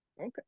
Okay